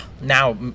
Now